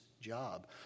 job